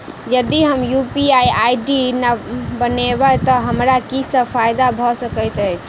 यदि हम UPI ID बनाबै तऽ हमरा की सब फायदा भऽ सकैत अछि?